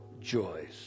joys